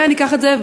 וניקח את זה,